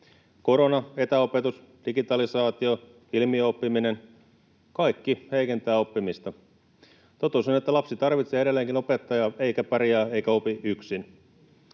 Korona, etäopetus, digitalisaatio, ilmiöoppiminen — kaikki heikentävät oppimista. Totuus on, että lapsi tarvitsee edelleenkin opettajaa, eikä pärjää eikä opi yksin.